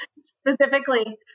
specifically